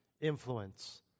influence